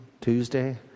Tuesday